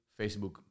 Facebook